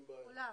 הוא חולק.